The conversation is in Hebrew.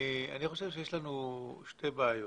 אני חושב שיש לנו שתי בעיות.